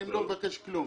אני לא מבקש כלום.